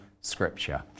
scripture